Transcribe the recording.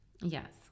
Yes